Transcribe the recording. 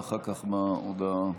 ואחר כך ההודעה השנייה.